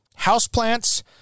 houseplants